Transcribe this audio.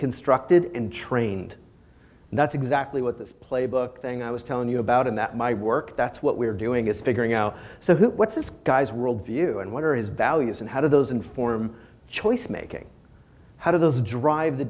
deconstructed and trained and that's exactly what this playbook thing i was telling you about in that my work that's what we're doing is figuring out so what's this guy's world view and what are his values and how do those inform choice making how do those drive the